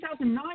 2009